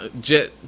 jet